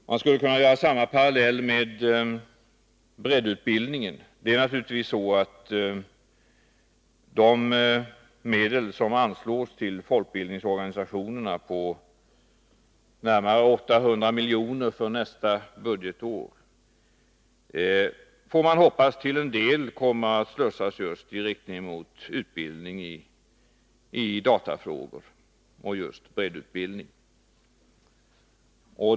Man skulle kunna dra samma parallell i fråga om breddutbildningen. De medel som anslås till folkbildningsorganisationerna, närmare 800 miljoner för nästa budgetår, kommer förhoppningsvis till en del att slussas just i riktning mot breddutbildning i datafrågor.